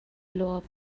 لعاب